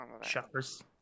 Shoppers